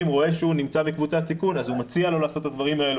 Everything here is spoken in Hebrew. רואה שהוא נמצא בקבוצת סיכון הוא מציע לעשות את הדברים האלה.